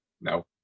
No